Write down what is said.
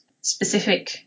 specific